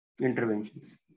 interventions